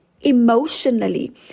emotionally